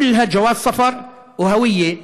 מדובר בדרכונים ובתעודות זהות,